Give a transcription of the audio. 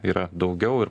yra daugiau ir